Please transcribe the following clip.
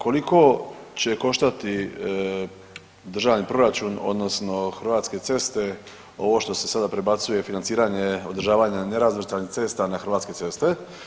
Koliko će koštati državni proračun odnosno Hrvatske ceste ovo što se sada prebacuje financiranje održavanja nerazvrstanih cesta na Hrvatske ceste?